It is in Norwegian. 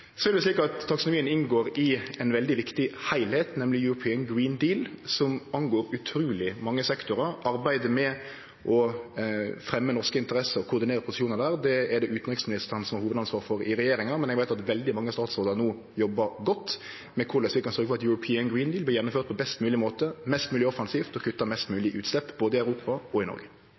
Taksonomien inngår i ein veldig viktig heilskap, nemleg European Green Deal, som angår utruleg mange sektorar. Arbeidet med å fremje norske interesser og koordinere posisjonar er det utanriksministeren som har hovudansvaret for i regjeringa. Men eg veit at veldig mange statsrådar no jobbar godt med korleis vi kan sørgje for at European Green Deal vert gjennomført på ein best mogleg måte, mest mogleg offensivt, og kuttar mest mogleg utslepp både i Europa og i Noreg.